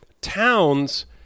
Towns